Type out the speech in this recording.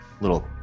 little